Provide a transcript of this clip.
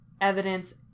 evidence